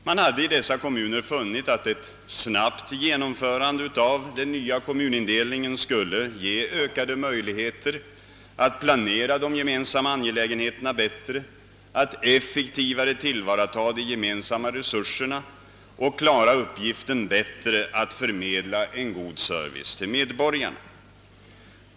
Man hade i dessa kommuner funnit att ett snabbt genomförande av den nya kommunindelningen skulle ge ökade möjligheter att planera de gemensamma angelägenheterna bättre, att effektivare tillvarata de gemensamma resurserna och lättare klara uppgiften att förmedla en god service till medborgarna.